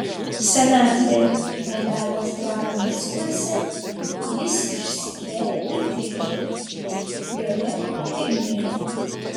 senatvėje pardavęs dvarą mickuose jis išsikėlė į tilžę joje ir mirė